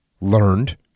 learned